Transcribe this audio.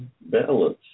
balance